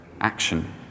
action